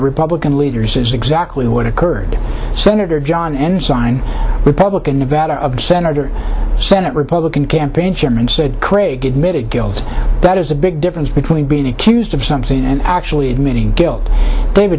republican leaders is exactly what occurred senator john and sign republican nevada of senator senate republican campaign chairman said craig admitted guilt that is the big difference between being accused of something and actually admitting guilt